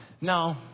No